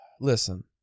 Listen